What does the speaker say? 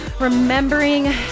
Remembering